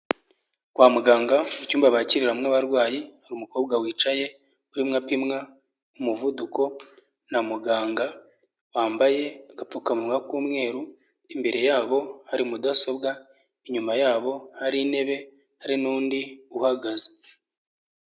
Kwa muganga mu cyumba bakiriramwo abarwayi, hari umukobwa wicaye urimwo apimwa, umuvuduko na muganga wambaye agapfukamuwa k'umweru, imbere yabo hari mudasobwa inyuma yabo, hari intebe hari n'undi uhagaze.